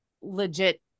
legit